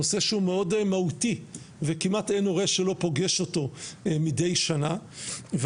נושא שהוא מאוד מהותי וכמעט אין הורה שלא פוגש אותו מדיי שנה ואנחנו,